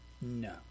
no